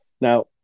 Now